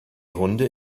hunde